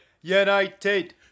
United